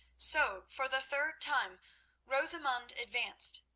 so for the third time rosamund advanced,